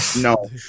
No